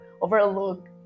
Overlook